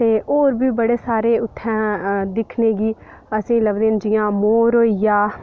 ते होर बी बड़े सारे उत्थें दिक्खने गी असेंईं लभदे न जि'यां मोर होई गेआ